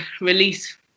release